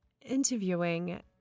interviewing